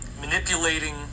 manipulating